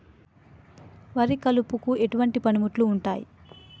వరి కలుపుకు ఎటువంటి పనిముట్లు ఉంటాయి?